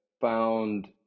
found